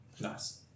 Nice